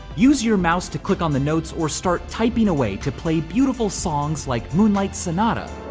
use your mouse to click on the notes or start typing away to play beautiful songs like moonlight sonata.